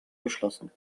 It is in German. geschlossen